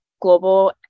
global